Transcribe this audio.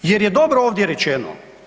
Jer je dobro ovdje rečeno.